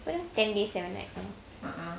apa ten days seven night